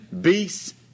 beasts